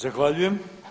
Zahvaljujem.